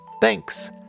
Thanks